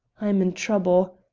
i am in trouble.